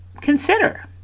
consider